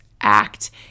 act